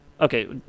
Okay